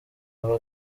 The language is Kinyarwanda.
aba